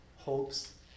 hopes